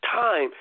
time